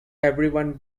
everyone